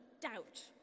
doubt